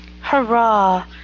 Hurrah